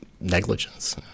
negligence